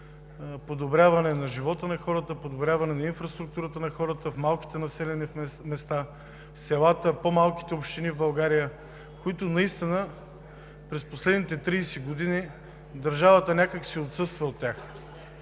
подобряване на живота на хората, подобряване на инфраструктурата в малките населени места, селата, по-малките общини в България, в които наистина през последните 30 години държавата някак си отсъства от тях.